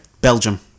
Belgium